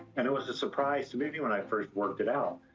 and it was a surprise to me me when i first worked it out.